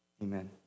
Amen